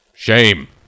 Shame